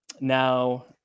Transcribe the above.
Now